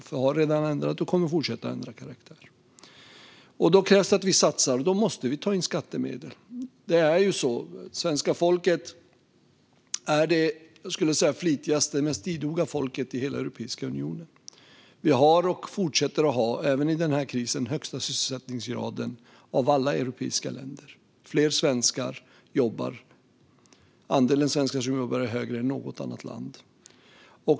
Den har redan ändrat karaktär och kommer att fortsätta att ändra karaktär. Då krävs det att vi satsar, och då måste vi ta in skattemedel. Svenska folket är, skulle jag vilja säga, det flitigaste och mest idoga folket i hela Europeiska unionen. Vi har och fortsätter att ha även i denna kris den högsta sysselsättningsgraden av alla europeiska länder. Fler svenskar jobbar, och andelen svenskar som jobbar är större än i något annat land.